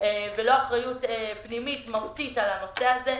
ולא אחריות פנימית מהותית על הנושא הזה,